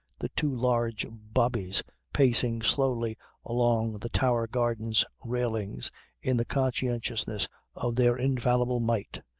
the two large bobbies pacing slowly along the tower gardens railings in the consciousness of their infallible might,